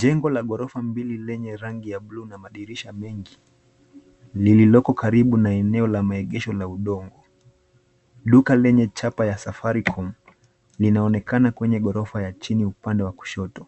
Jengo la ghorofa mbili lenye rangi ya buluu na madirisha mengi lililoko karibu na eneo la maegesho la udongo. Duka lenye chapa ya Safaricom linaonekana kwenye ghorofa ya chini upande wa kushoto